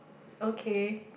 okay